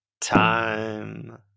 time